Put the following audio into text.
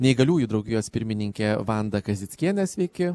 neįgaliųjų draugijos pirmininkė vanda kazickienė sveiki